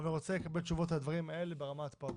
ואני רוצה לקבל תשובות על כל הדברים האלה ברמת הפרטים.